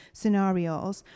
scenarios